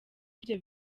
ivyo